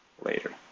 Later